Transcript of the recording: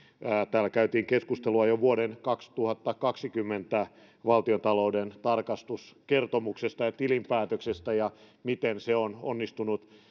täällä käytiin keskustelua jo vuoden kaksituhattakaksikymmentä valtiontalouden tarkastuskertomuksesta ja tilinpäätöksestä ja siitä miten se on onnistunut